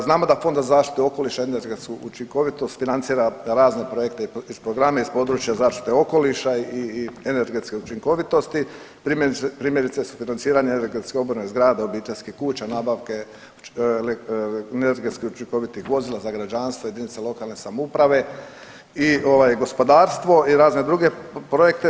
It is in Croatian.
Znamo da Fond za zaštitu okoliša i energetsku učinkovitost financira razne projekte i programe iz područja zaštite okoliša i energetske učinkovitosti, primjerice sufinanciranje energetske obnove zgrada, obiteljskih kuća, nabavke energetsku učinkovitih vozila za građanstvo i jedinice lokalne samouprave i gospodarstvo i razne druge projekte.